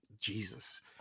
Jesus